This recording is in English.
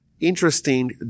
interesting